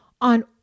on